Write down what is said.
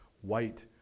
white